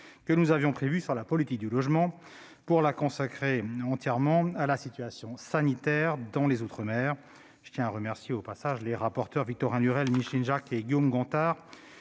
en séance publique sur la politique du logement -pour nous consacrer entièrement à la situation sanitaire dans les outre-mer. Je tiens à remercier les rapporteurs Victorin Lurel, Micheline Jacques et Guillaume Gontard,